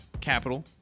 capital